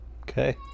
Okay